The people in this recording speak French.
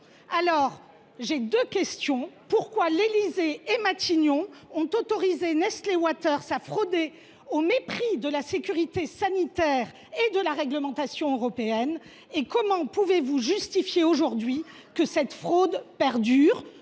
ils leurs emplois. Pourquoi l’Élysée et Matignon ont ils autorisé Nestlé Waters à frauder au mépris de la sécurité sanitaire et de la réglementation européenne ? Comment pouvez vous justifier que cette fraude perdure ?